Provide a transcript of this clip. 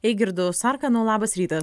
eigirdu sarkanu labas rytas